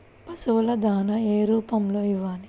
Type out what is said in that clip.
పశువుల దాణా ఏ రూపంలో ఇవ్వాలి?